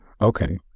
Okay